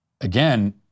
again